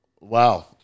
Wow